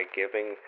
giving